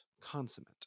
Consummate